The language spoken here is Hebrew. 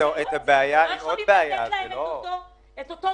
אתם לא יכולים לתת להם את אותו סכום.